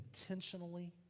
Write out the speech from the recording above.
intentionally